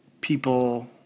people